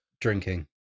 drinking